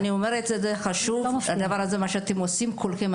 לכן אני אומרת שחשוב הדבר הזה מה שאתם עושים כולכם.